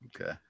okay